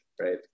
right